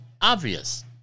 obvious